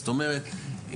זאת אומרת,